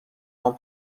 هام